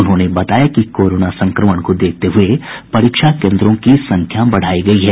उन्होंने बताया कि कोरोना संक्रमण को देखते हुये परीक्षा केन्द्रों की संख्या बढ़ाई गयी है